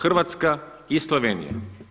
Hrvatska i Slovenija.